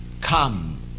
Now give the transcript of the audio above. come